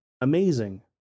amazing